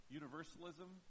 universalism